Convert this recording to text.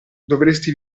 dovresti